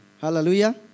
Hallelujah